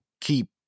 keep